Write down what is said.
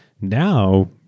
Now